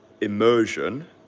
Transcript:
Immersion